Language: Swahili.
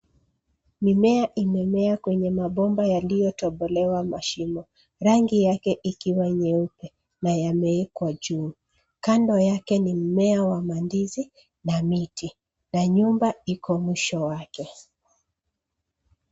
Mimea imemea kwenye mabomba yaliyotobolewa mashimo. Rangi yake ikiwa nyeupe, na yameekwa juu. Kando yake ni mmea wa mandizi na miti, na nyumba iko mwisho wake.